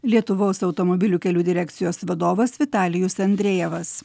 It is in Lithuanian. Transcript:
lietuvos automobilių kelių direkcijos vadovas vitalijus andrejevas